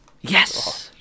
Yes